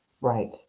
Right